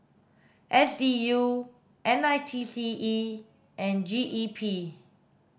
S D U N I T E C and G E P